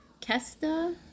Kesta